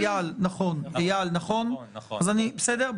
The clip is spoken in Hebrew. איל, זה נכון?